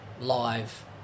live